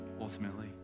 ultimately